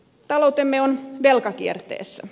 taloutemme on velkakierteessä